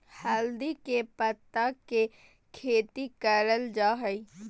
हल्दी के पत्ता के खेती करल जा हई